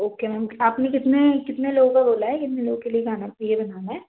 okay ma'am आपने कितने कितने लोगों का बोला है कितने लोगों के लिए खाना ये बनाना है